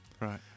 Right